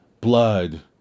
blood